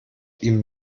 ihm